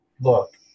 Look